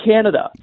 Canada